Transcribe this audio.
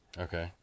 Okay